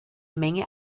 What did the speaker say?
menge